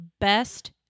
best